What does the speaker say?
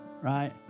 Right